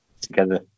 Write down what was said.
together